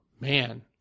man